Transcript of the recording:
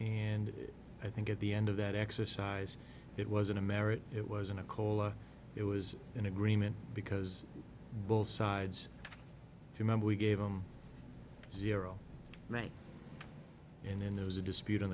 and i think at the end of that exercise it wasn't a merit it wasn't a call it was an agreement because both sides remember we gave them zero right and then there was a dispute on